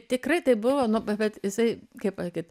tikrai taip buvo nuo pat jisai kaip pasakyt